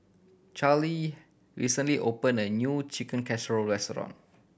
Charlie recently opened a new Chicken Casserole restaurant